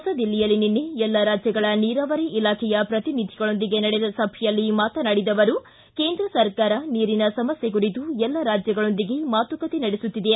ಹೊಸದಿಲ್ಲಿಯಲ್ಲಿ ನಿನ್ನೆ ಎಲ್ಲ ರಾಜ್ಯಗಳ ನಿರಾವರಿ ಇಲಾಖೆಯ ಪ್ರತಿನಿಧಿಗಳೊಂದಿಗೆ ನಡೆದ ಸಭೆಯಲ್ಲಿ ಅವರು ಕೇಂದ್ರ ಸರ್ಕಾರ ನೀರಿನ ಸಮಸ್ಯೆ ಕುರಿತು ಎಲ್ಲ ರಾಜ್ಯಗಳೊಂದಿಗೆ ಮಾತುಕತೆ ನಡೆಸುತ್ತಿದೆ